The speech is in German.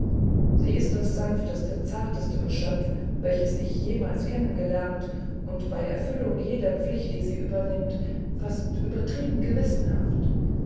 sie ist das sanfteste zarteste geschöpf welches ich jemals kennengelernt und bei erfüllung jeder pflicht die sie übernimmt fast übertrieben gewissenhaft